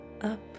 up